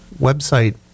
Website